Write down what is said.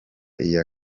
iya